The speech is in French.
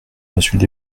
monsieur